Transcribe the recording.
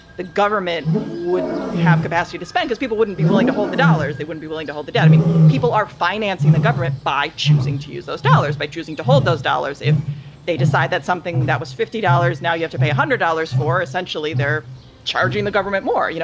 the government wouldn't have capacity to spend as people wouldn't be willing to hold the dollars, they wouldn't be willing to hold the debt. i mean, people are financing the government by choosing to use those dollars, by choosing to hold those dollars if they decide that's something that was fifty dollars. now you have to pay one hundred dollars for essentially they're charging the government more. you know